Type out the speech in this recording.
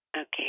Okay